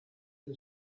two